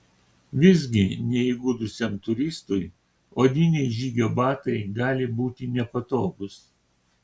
visgi neįgudusiam turistui odiniai žygio batai gali būti nepatogūs